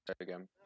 again